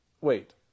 wait